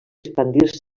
expandir